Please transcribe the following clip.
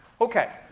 okay.